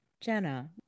jenna